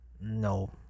No